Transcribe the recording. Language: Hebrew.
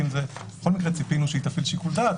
בכל מקרה ציפינו שהיא תפעיל שיקול דעת,